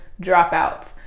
dropouts